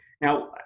Now